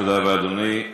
תודה רבה, אדוני.